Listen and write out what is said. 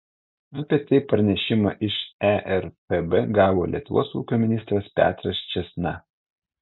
apie tai pranešimą iš erpb gavo lietuvos ūkio ministras petras čėsna